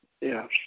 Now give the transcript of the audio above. Yes